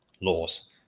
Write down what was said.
laws